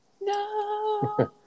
No